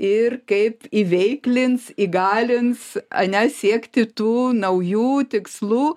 ir kaip iveiklins įgalins ane siekti tų naujų tikslų